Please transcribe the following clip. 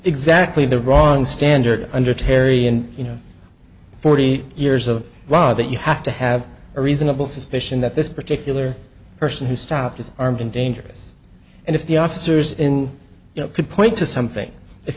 exactly the wrong standard under terry and you know forty years of law that you have to have a reasonable suspicion that this particular person who stopped is armed and dangerous and if the officers in you know could point to something if